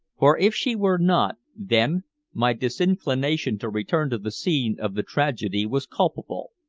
for if she were not then my disinclination to return to the scene of the tragedy was culpable.